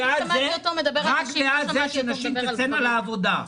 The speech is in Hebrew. אני רק בעד זה שנשים תצאנה לעבודה.